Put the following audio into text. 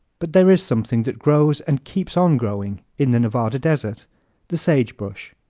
but there is something that grows and keeps on growing in the nevada desert the sagebrush.